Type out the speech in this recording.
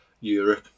Europe